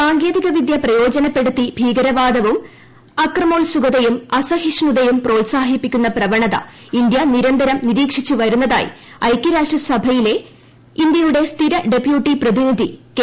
സാങ്കേതികവിദ്യ പ്രയോജനപ്പെടുത്തി ഭീകരവാദവും അക്രമോത്സുകതയും അസഹിഷ്ണുതയും അപ്രോത്സാഹിപ്പിക്കുന്ന പ്രവണത ഇന്ത്യ നിരന്തരം നിരീക്ഷിച്ചു വരുന്നതായി ഐക്യരാഷ്ട്രസഭയി ലെ ഇന്ത്യയുടെ സ്ഥിര ഡെപ്യൂട്ടി പ്രതിനിധി കെ